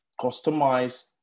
customize